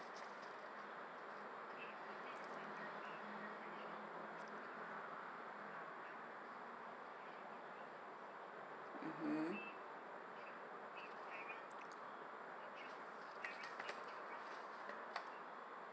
mmhmm